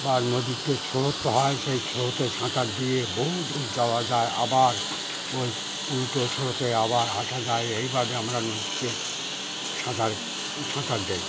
বা নদীতে স্রোত হয় সেই স্রোতে সাঁতার দিয়ে বহু দূর যাওয়া যায় আবার ওই উল্টো স্রোতে আবার আসা যায় এইভাবে আমরা নদীতে সাঁতার সাঁতার দিই